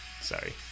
Sorry